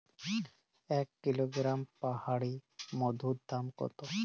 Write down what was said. এক কিলোগ্রাম পাহাড়ী মধুর দাম কত?